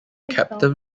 captain